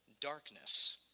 Darkness